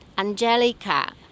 Angelica